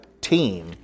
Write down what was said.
team